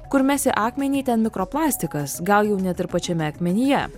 kur mesi akmenį ten mikroplastikas gal jau net ir pačiame akmenyje